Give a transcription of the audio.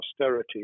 austerity